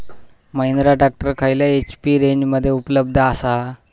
Mahindra tractor खयल्या HP रेंजमध्ये उपलब्ध आसा?